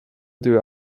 duur